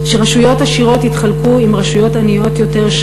שרשויות עשירות יתחלקו עם רשויות שכנות עניות יותר,